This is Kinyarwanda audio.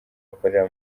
bakorera